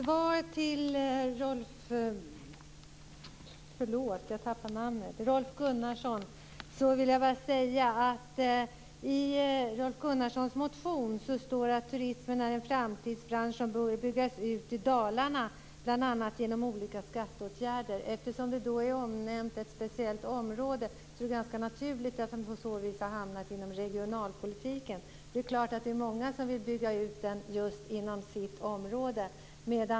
Fru talman! Som svar till Rolf Gunnarsson vill jag bara säga att i Rolf Gunnarssons motion står det att turismen är en framtidsbransch som bör byggas ut i Dalarna, bl.a. genom olika skatteåtgärder. Eftersom ett speciellt område är omnämnt är det ganska naturligt att den har hamnat inom regionalpolitiken. Det är många som vill bygga ut den inom just sitt område.